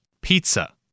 Pizza